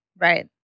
Right